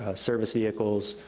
ah service vehicles,